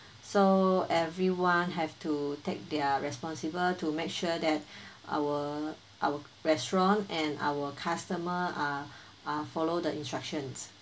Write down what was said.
so everyone have to take their responsible to make sure that our our restaurant and our customer uh uh follow the instructions